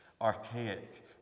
archaic